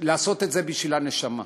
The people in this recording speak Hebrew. לעשות את זה בשביל הנשמה.